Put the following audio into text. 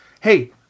Hey